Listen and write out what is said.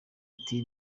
ati